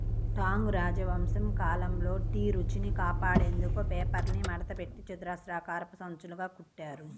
Tang రాజవంశం కాలంలో tea రుచిని కాపాడేందుకు పేపర్ను మడతపెట్టి చతురస్రాకారపు సంచులుగా కుట్టారు